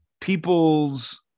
people's